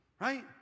right